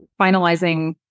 finalizing